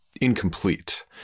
incomplete